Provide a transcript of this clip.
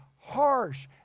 harsh